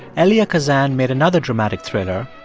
elia kazan made another dramatic thriller,